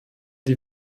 die